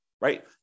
Right